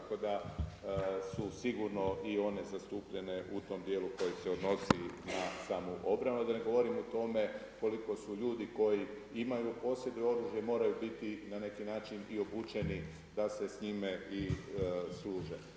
Tako da su sigurno i one zastupljene u tom dijelu koji se odnosi na samu obranu, da ne govorim o tome koliko su ljudi koji imaju, posjeduju oružje moraju biti na neki način i obučeni da se s njime i služe.